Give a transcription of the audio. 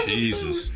Jesus